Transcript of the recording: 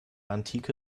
antike